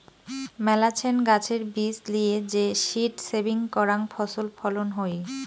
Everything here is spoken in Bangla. মেলাছেন গাছের বীজ লিয়ে যে সীড সেভিং করাং ফছল ফলন হই